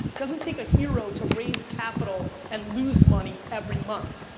doesn't take a hero to raise capital and lose money every month.